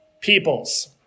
peoples